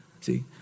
See